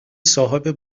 صاحب